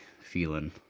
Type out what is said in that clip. feeling